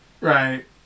Right